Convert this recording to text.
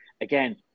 again